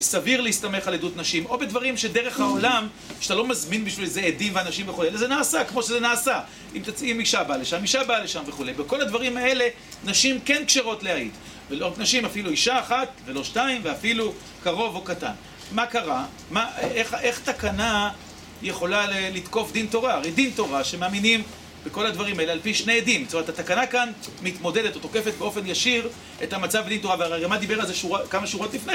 סביר להסתמך על עדות נשים, או בדברים שדרך העולם, כשאתה לא מזמין בשביל איזה עדים ואנשים וכולי, זה נעשה כמו שזה נעשה. אם אישה באה לשם, אישה באה לשם וכולי. בכל הדברים האלה, נשים כן כשרות להעיד. נשים, אפילו אישה אחת ולא שתיים, ואפילו קרוב או קטן. מה קרה? איך תקנה יכולה לתקוף דין תורה? הרי דין תורה שמאמינים בכל הדברים האלה, על פי שני עדים, זאת אומרת, התקנה כאן מתמודדת או תוקפת באופן ישיר את המצב דין תורה. ומה דיבר על זה כמה שורות לפני.